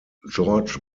george